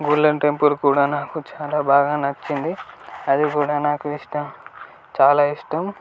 golden Temple కూడా నాకు చాలా బాగా నచ్చింది అది కూడా నాకు ఇష్టం చాలా ఇష్టం